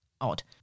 Odd